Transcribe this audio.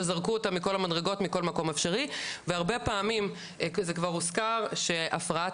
ש'זרקו אותה מכל המדרגות' מכל מוקם אפשרי והרבה פעמים זה כבר הוזכר שהפרעת